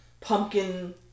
pumpkin